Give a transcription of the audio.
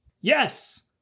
Yes